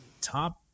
top